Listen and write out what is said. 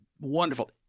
wonderful